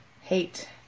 hate